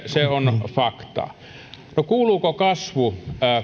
se on faktaa no kuuluuko kasvu